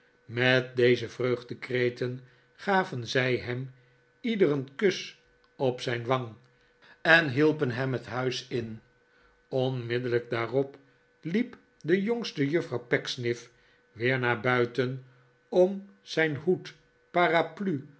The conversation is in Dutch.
met deze vreugdekreten gaven zij hem ieder een kus op zijn wahg en hielpen hem het huis in onmiddellijk daarop liep de jongste juffrouw pecksniff weer naar buiten om zijn hoed paraplu